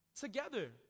together